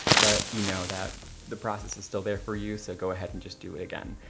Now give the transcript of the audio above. but you know that the process is still there for you, so go ahead and just do it again.